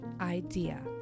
idea